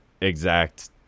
exact